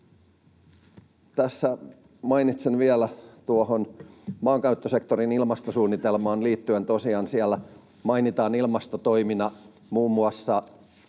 Tässä mainitsen vielä tuohon maankäyttösektorin ilmastosuunnitelmaan liittyen, että kun tosiaan siellä mainitaan ilmastotoimina muun muassa